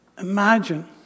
Imagine